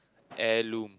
heirloom